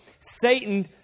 Satan